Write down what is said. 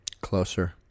closer